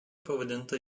pavadinta